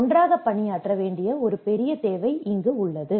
ஒன்றாக பணியாற்ற வேண்டிய ஒரு பெரிய தேவை எங்கு உள்ளது